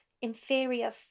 inferior